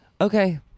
Okay